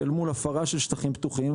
שאל מול הפרה של שטחים פתוחים,